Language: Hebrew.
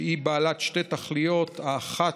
שהיא בעלת שתי תכליות: האחת,